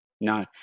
No